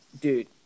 Dude